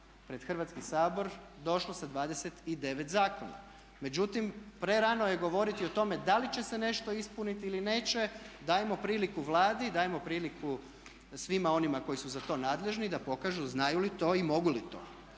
pred Hrvatski sabor došlo sa 29 zakona. Međutim, prerano je govoriti o tome da li će se nešto ispuniti ili neće, dajmo priliku Vladi, dajmo priliku svima onima koji su za to nadležni da pokažu znaju li to i mogu li to.